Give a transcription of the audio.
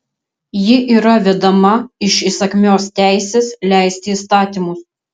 ji yra vedama iš įsakmios teisės leisti įstatymus